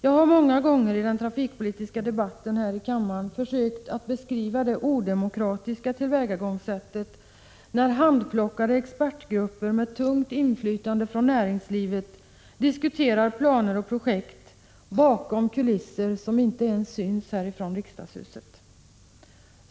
Jag har många gånger i den trafikpolitiska debatten här i kammaren försökt beskriva det odemokratiska tillvägagångssättet då handplockade s.k. expertgrupper med tungt inflytande från näringslivet diskuterat planer och projekt bakom kulisser som inte ens syns här från riksdagshuset.